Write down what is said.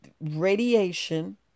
radiation